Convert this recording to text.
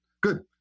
good